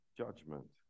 judgment